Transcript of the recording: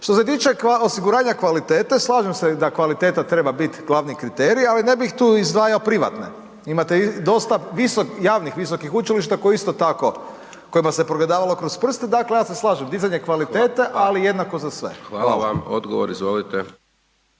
Što se tiče osiguranja kvalitete, slažem se da kvaliteta treba bit glavni kriterij ali ne bih tu izdvajao privatne. Imate dosta javnih visokih učilišta koja isto tako, kojima se progledavalo kroz prste, dakle ja se slažem, dizanje kvalitete ali jednako za sve. Hvala. **Hajdaš Dončić,